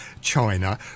China